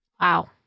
Wow